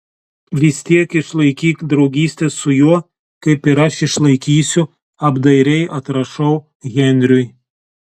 vis tiek išlaikyk draugystę su juo kaip ir aš išlaikysiu apdairiai atrašau henriui